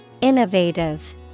Innovative